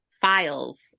files